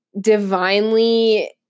divinely